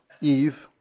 Eve